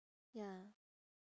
ya